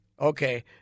Okay